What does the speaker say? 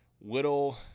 Little